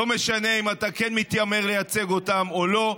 לא משנה אם אתה כן מתיימר לייצג אותם או לא.